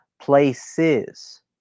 Places